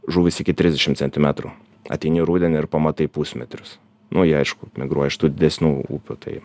žuvys iki trisdešim centimetrų ateini rudenį ir pamatai pusmetrius nu jie aišku migruoja iš tų didesnių upių tai